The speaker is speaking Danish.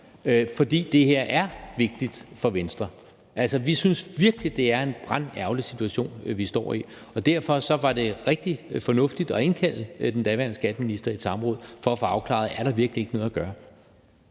For det her er vigtigt for Venstre. Altså, vi synes virkelig, det er en brandærgerlig situation, vi står i, og derfor var det rigtig fornuftigt at indkalde skatteministeren til et samråd for at få afklaret, om der virkelig ikke var noget at gøre.